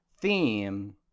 theme